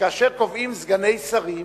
שכאשר קובעים סגני שרים,